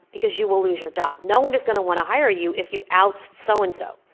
because you will lose your job. no one is going to want to hire you if you out so and so